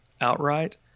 outright